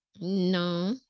no